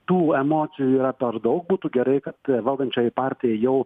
tų emocijų yra per daug būtų gerai kad valdančioji partija jau